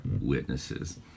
witnesses